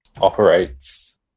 Operates